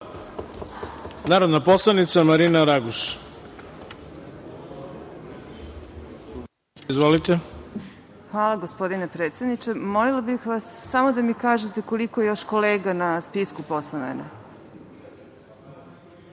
Hvala. Narodna poslanica Marina Raguš. Izvolite. **Marina Raguš** Hvala, gospodine predsedniče. Molila bih vas samo da mi kažete koliko je još kolega na spisku posle mene?